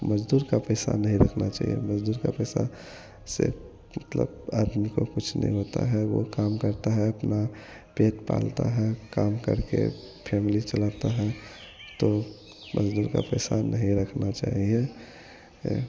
मज़दूर का पैसा नहीं रखना चाहिए मज़दूर का पैसा से मतलब आदमी को कुछ नहीं होता है वह काम करता है अपना पेट पालता है काम करके फैमिली चलाता है तो मज़दूर का पैसा नहीं रखना चाहिए है